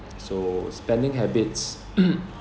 so spending habits